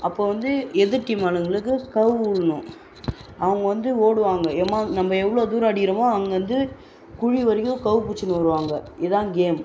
அப்போ வந்து எதிர் டீம் ஆளுங்களுக்கு கவ் விட்னும் அவங்க வந்து ஓடுவாங்க எம்மா நம்ப எவ்வளோ தூரம் அடிக்கிறமோ அங்கேருந்து குழி வரைக்கும் கவ் புச்சின்னு வருவாங்க இதான் கேம்